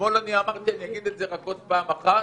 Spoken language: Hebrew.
אתמול אני אמרתי אני אגיד את זה רק עוד פעם אחת